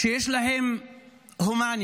שיש להם הומניות,